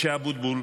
משה אבוטבול,